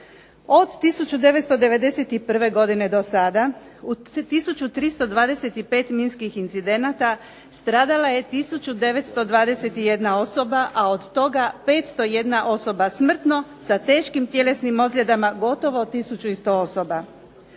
Od 1991. godine do sada u tisuću 325 minskih incidenata stradala je tisuću 921 osoba, a od toga 501 osoba smrtno sa teškim tjelesnim ozljedama gotovo tisuću i 100 osoba.